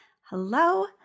Hello